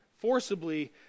forcibly